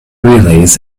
relays